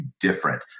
different